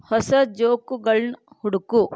ಹೊಸ ಜೋಕುಗಳ್ನ ಹುಡುಕು